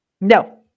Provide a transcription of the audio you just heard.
No